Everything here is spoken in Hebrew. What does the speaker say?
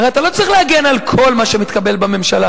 הרי אתה לא צריך להגן על כל מה שמתקבל בממשלה.